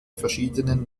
verschiedenen